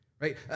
right